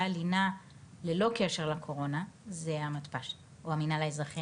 הלינה ללא קשר לקורונה זה המתפ"ש או המינהל האזרחי.